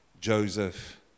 Joseph